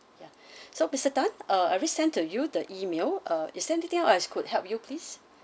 ya so mister tan uh I already sent to you the email uh is there anything else I could help you please